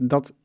Dat